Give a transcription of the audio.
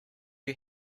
you